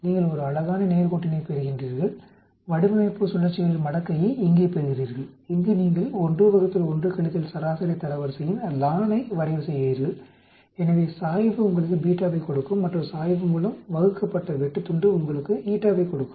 நீங்கள் ஒரு அழகான நேர்கோட்டினைப் பெறுகின்றீர்கள் வடிவமைப்பு சுழற்சிகளின் மடக்கையை இங்கே பெறுகிறீர்கள் இங்கு நீங்கள் 1 ÷ 1 - சராசரி தரவரிசையின் ln ஐ வரைவு செய்கிறீர்கள் எனவே சாய்வு உங்களுக்கு β வைக் கொடுக்கும் மற்றும் சாய்வு மூலம் வகுக்கப்பட்ட வெட்டுத்துண்டு உங்களுக்கு η வைக் கொடுக்கும்